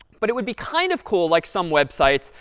but it would be kind of cool, like some websites,